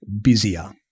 busier